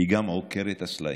גם "עוקרת הסלעים".